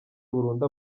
burundu